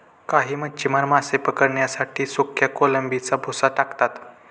काही मच्छीमार मासे पकडण्यासाठी सुक्या कोळंबीचा भुगा टाकतात